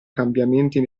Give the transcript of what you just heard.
cambiamenti